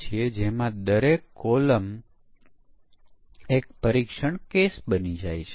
capture અને રિપ્લેમાં જો કોઈ ઇનપુટમાંથી થોડો ફેરફાર થાય તો આખો પરીક્ષણ કેસ નકામો થઈ જાય છે